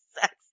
sex